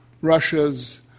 Russia's